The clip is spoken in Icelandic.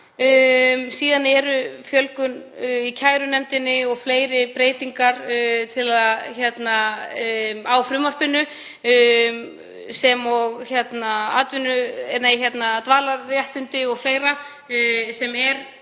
Síðan er fjölgun í kærunefndinni og fleiri breytingar á frumvarpinu, dvalarréttindi o.fl., sem